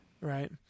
Right